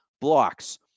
blocks